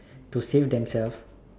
to save themselves